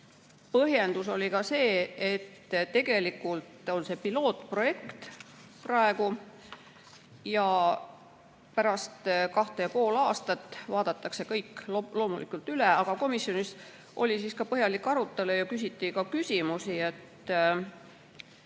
Põhjendus oli ka see, et tegelikult on see pilootprojekt ning pärast kahte ja poolt aastat vaadatakse kõik loomulikult üle. Aga komisjonis oli põhjalik arutelu ja küsiti ka küsimusi.